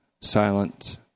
silent